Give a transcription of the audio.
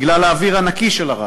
בגלל האוויר הנקי של ערד.